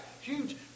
huge